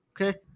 Okay